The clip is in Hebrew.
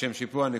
לשם שיפור הניקוד.